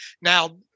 Now